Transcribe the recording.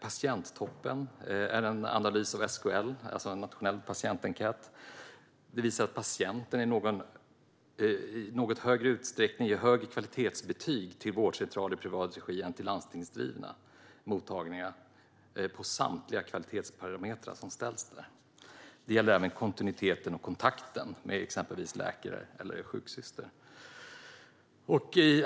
Patienttoppen, en nationell patientenkät från SKL, visar att patienter i något högre utsträckning ger högre kvalitetsbetyg till vårdcentraler i privat regi än till landstingsdrivna mottagningar. Det gäller samtliga kvalitetsparametrar som ställs upp där. Det gäller även kontinuiteten och kontakten med exempelvis läkare eller sjuksyster.